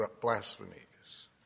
blasphemies